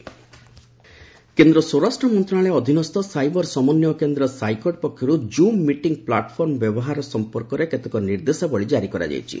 zoom meeting platform କେନ୍ଦ୍ର ସ୍ୱରାଷ୍ଟ୍ର ମନ୍ତ୍ରଣାଳୟ ଅଧୀନସ୍ଥ ସାଇବର ସମନ୍ୱୟ କେନ୍ଦ୍ର ସାଇକର୍ଡ ପକ୍ଷରୁ କ୍ରୁମ୍ ମିଟିଂ ପ୍ଲାଟଫର୍ମ ବ୍ୟବହାର ସଂପର୍କରେ କେତେକ ନିର୍ଦ୍ଦେଶାବଳୀ କାରି କରାଯାଇଛି